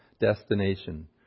destination